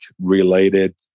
related